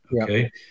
Okay